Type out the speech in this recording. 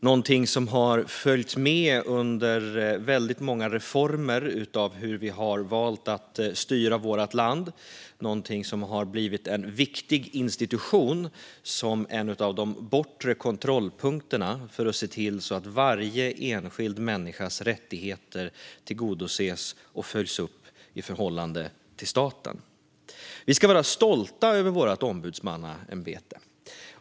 Det har följt med under väldigt många reformer av hur vi har valt att styra vårt land, och det har blivit en viktig institution som en av de bortre kontrollpunkterna för att se till att varje enskild människas rättigheter tillgodoses och följs upp i förhållande till staten. Vi ska vara stolta över vårt ombudsmannaämbete.